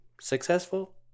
successful